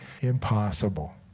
impossible